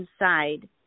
inside